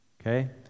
okay